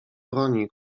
broni